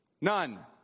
None